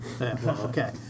Okay